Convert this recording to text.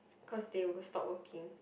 cause they will go stop working